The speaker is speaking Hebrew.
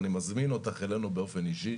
אני מזמין אותך אלינו באופן אישי.